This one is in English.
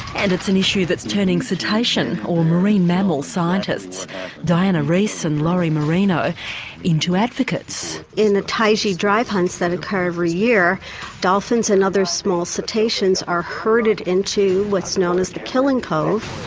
and it's an issue that's turning cetacean or marine mammal scientists diana reiss and lori marino into advocates. in the taiji drive hunts that occur every year dolphins and other small cetaceans are herded into what's known as the killing cove.